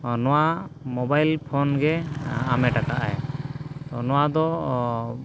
ᱱᱚᱣᱟ ᱢᱳᱵᱟᱭᱤᱞ ᱯᱷᱳᱱᱜᱮ ᱦᱟᱢᱮᱴ ᱠᱟᱜᱼᱟᱭ ᱛᱚ ᱱᱚᱣᱟ ᱫᱚ